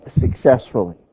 successfully